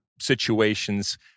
situations